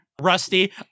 Rusty